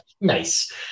Nice